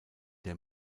der